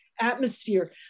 atmosphere